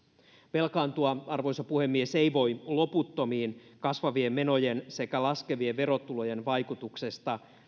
velkaantua arvoisa puhemies ei voi loputtomiin kasvavien menojen sekä laskevien verotulojen vaikutuksesta